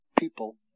people